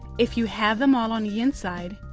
if you have them on on the inside,